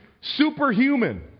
superhuman